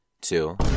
Two